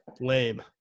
Lame